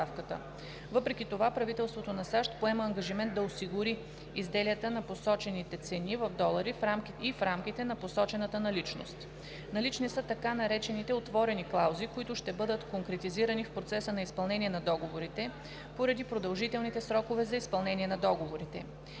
Въпреки това, правителството на САЩ поема ангажимент да осигури изделията на посочените цени в долари и в рамките на посочената наличност; - налични са така наречените „отворени клаузи“, които ще бъдат конкретизирани в процеса на изпълнение на договорите поради продължителните срокове за изпълнение на договорите;